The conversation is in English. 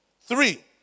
Three